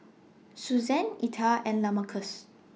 Susann Etha and Lamarcus